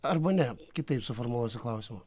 arba ne kitaip suformuluosiu klausimą